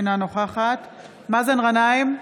אינה נוכחת מאזן גנאים,